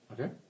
Okay